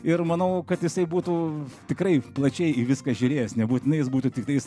ir manau kad jisai būtų tikrai plačiai į viską žiūrėjęs nebūtinai jis būtų tiktais